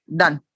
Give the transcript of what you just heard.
done